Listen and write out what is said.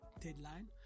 deadline